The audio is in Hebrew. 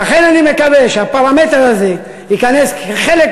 ולכן אני מקווה שהפרמטר הזה ייכנס כחלק